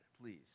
please